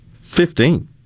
Fifteen